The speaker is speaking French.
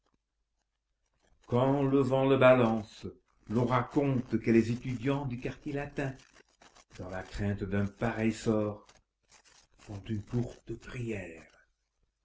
quand le vent le balance l'on raconte que les étudiants du quartier latin dans la crainte d'un pareil sort font une courte prière